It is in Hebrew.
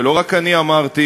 ולא רק אני אמרתי,